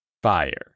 fire